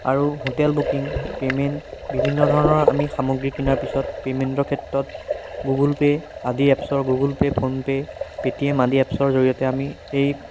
আৰু hotel booking payment বিভিন্ন ধৰণৰ আমি সামগ্ৰী কিনাৰ পিছত পে'মেণ্টৰ ক্ষেত্ৰত গুগুল পে' আদি এপছৰ Google Pay PhonePe' Paytm আদি এপছৰ জৰিয়তে আমি সেই